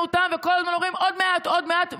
אותן וכל הזמן אומרים: עוד מעט ועוד מעט,